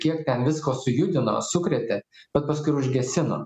kiek ten visko sujudino sukrėtė bet paskui ir užgesino